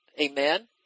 Amen